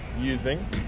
using